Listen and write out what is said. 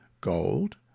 gold